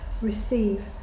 receive